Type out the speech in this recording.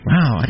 Wow